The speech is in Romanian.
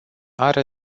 are